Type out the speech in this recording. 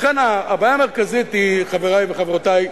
לכן הבעיה המרכזית היא, חברי וחברותי,